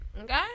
Okay